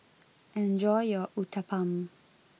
enjoy your Uthapam